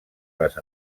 les